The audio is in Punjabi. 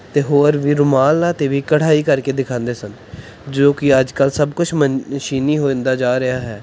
ਅਤੇ ਹੋਰ ਵੀ ਰੁਮਾਲਾਂ 'ਤੇ ਵੀ ਕਢਾਈ ਕਰਕੇ ਦਿਖਾਉਂਦੇ ਸਨ ਜੋ ਕਿ ਅੱਜ ਕੱਲ੍ਹ ਸਭ ਕੁਛ ਮਸ਼ੀਨੀ ਹੁੰਦਾ ਜਾ ਰਿਹਾ ਹੈ